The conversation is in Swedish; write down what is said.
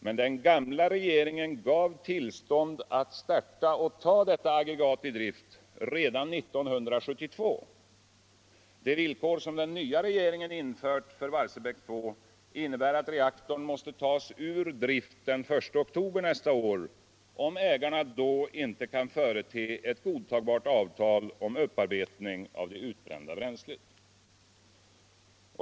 Men den gamla regeringen gav tillstånd att starta detta aggregat redan 1972. Det villkor som den nya regeringen infört för Barsebäck 2 innebär att reaktorn måste tas ur drifi den I oktober nästa år om ägarna då inte kan förete ett godtagbart avtal om upparbetning av det utbrända bränslet.